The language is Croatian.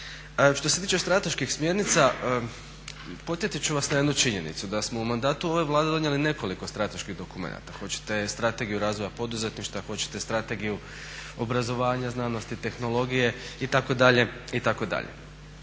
Što se tiče strateških smjernica podsjetit ću vas na jednu činjenicu da smo u mandatu ove Vlade donijeli nekoliko strateških dokumenata. Hoćete Strategiju razvoja poduzetništva, hoćete Strategiju obrazovanja, znanosti, tehnologije itd. itd.